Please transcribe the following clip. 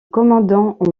commandant